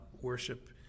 worship